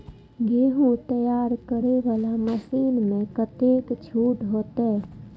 गेहूं तैयारी करे वाला मशीन में कतेक छूट होते?